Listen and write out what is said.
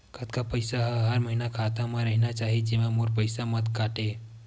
कतका पईसा हर महीना खाता मा रहिना चाही जेमा मोर पईसा मत काटे?